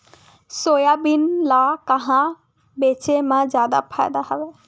Soybean ल कहां बेचे म जादा फ़ायदा हवय?